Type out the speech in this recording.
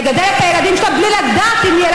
לגדל את הילדים שלה בלי לדעת אם יהיה